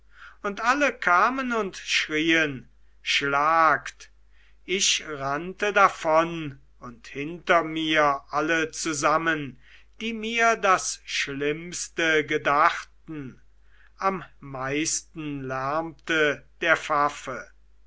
und alle kamen und schrien schlagt ich rannte davon und hinter mir alle zusammen die mir das schlimmste gedachten am meisten lärmte der